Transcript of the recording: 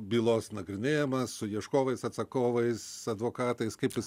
bylos nagrinėjimas su ieškovais atsakovais advokatais kaip jis